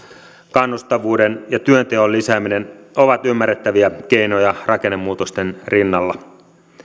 kannustavuuden ja työnteon lisääminen ovat ymmärrettäviä keinoja rakennemuutosten rinnalla